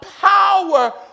power